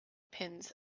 pins